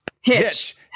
Hitch